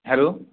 hello